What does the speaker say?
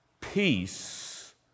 peace